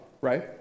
right